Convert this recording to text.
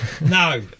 No